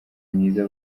myiza